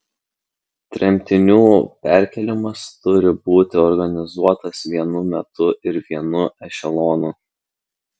tremtinių perkėlimas turi būti organizuotas vienu metu ir vienu ešelonu